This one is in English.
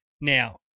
Now